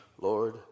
Lord